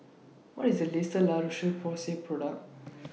What IS The latest La Roche Porsay Product